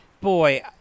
boy